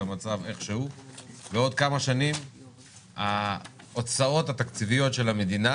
המצב איך שהוא בעוד כמה שנים ההוצאות התקציביות של המדינה